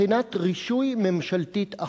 בחינת רישוי ממשלתית אחת.